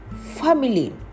family